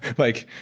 like,